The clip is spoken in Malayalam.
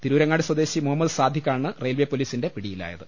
തിരൂരങ്ങാടി സ്വദേശി മുഹ മ്മദ് സാദിഖാണ് റെയിൽവേ പൊലീസിന്റെ പ്രിടിയിലായത്